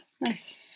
Nice